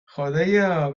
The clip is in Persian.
خدایا